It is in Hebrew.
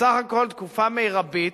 בסך הכול תקופה מרבית